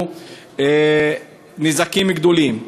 היו נזקים גדולים.